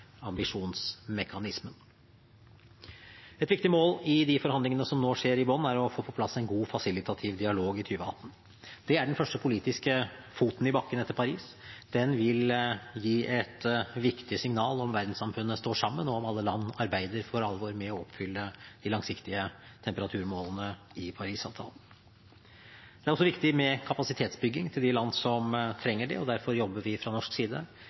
femårsambisjonsmekanismen. Et viktig mål i de forhandlingene som nå skjer i Bonn, er å få på plass en god fasilitativ dialog i 2018. Det er den første politiske foten i bakken etter Paris. Den vil gi et viktig signal om hvorvidt verdenssamfunnet står sammen, og om alle land arbeider for alvor med å oppfylle de langsiktige temperaturmålene i Parisavtalen. Det er også viktig med kapasitetsbygging til de land som trenger det, og derfor jobber vi fra norsk side